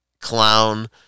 clown